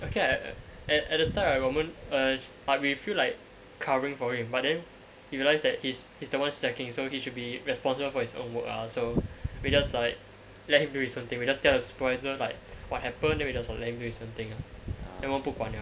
okay at at at the start right 我们 err but we feel like covering for him but then we realised that he's he's the one slacking so he should be responsible for his own work ah so we just like let him do his own thing we just tell the supervisor like what happened and we just let him do his own thing uh then 我们不管 liao